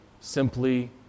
simply